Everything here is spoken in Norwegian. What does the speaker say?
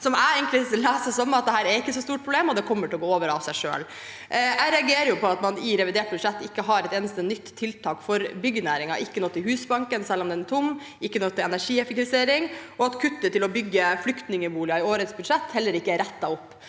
som jeg leser som at dette ikke er et så stort problem, og at det kommer til å gå over av seg selv. Jeg reagerer på at man i revidert budsjett ikke har et eneste nytt tiltak for byggenæringen, ingenting til Husbanken, selv om den er tom, og ikke noe til energieffektivisering, og at kuttet til å bygge flyktningboliger i årets budsjett heller ikke er rettet opp.